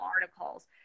articles